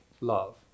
love